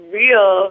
real